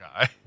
guy